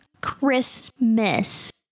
Christmas